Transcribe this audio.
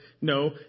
No